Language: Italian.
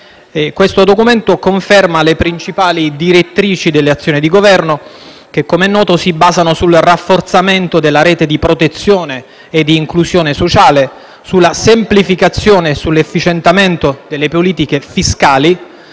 Questo Documento conferma le principali direttrici dell'azione di Governo che, com'è noto, si basano sul rafforzamento della rete di protezione e inclusione sociale, sulla semplificazione e sull'efficientamento delle politiche fiscali,